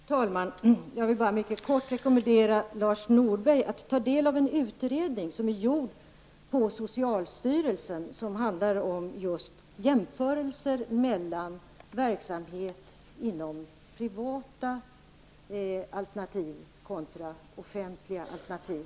Herr talman! Jag vill bara kortfattat rekommendera Lars Norberg att ta del av en utredning, som är gjord på socialstyrelsen och som handlar om just jämförelser mellan verksamhet inom privata alternativ och offentliga alternativ.